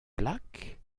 black